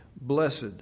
blessed